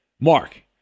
Mark